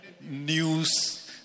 news